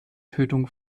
tötung